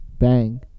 bang